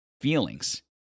feelings